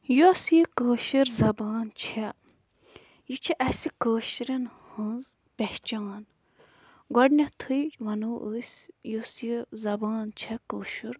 یۄس یہِ کٲشٕر زَبان چھےٚ یہِ چھِ اَسہِ کٲشرٮ۪ن ہٕنٛز پہچان گۄڈٕنٮ۪تھٕے وَنو أسۍ یۄس یہِ زَبان چھےٚ کٲشُر